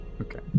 Okay